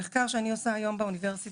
המחקר שאני עושה היום באוניברסיטה,